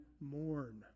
mourn